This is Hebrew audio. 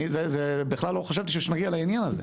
אני בכלל לא חשבתי שנגיע לעניין הזה,